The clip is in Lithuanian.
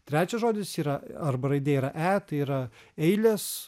trečias žodis yra arba raidė yra e tai yra eilės